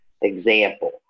example